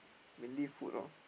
mainly food loh